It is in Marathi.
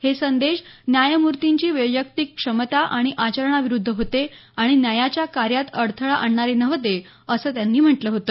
हे संदेश न्यायमूर्तींची वैयक्तिक क्षमता आणि आचरणाविरुद्ध होते आणि न्यायाच्या कार्यात अडथळा आणणारे नव्हते असं त्यांनी म्हटल होत